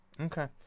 Okay